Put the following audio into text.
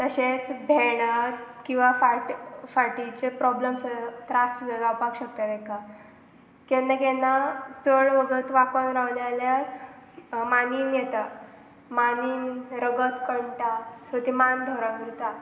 तशेंच भेणांत किंवां फाट फाटीचे प्रोब्लम सुद्दां त्रास सुद्दां जावपाक शकता ताका केन्ना केन्ना चड वगत वांकोवन रावले जाल्यार मानीन येता मानीन रगत कणटा सो ती मान धरून उरता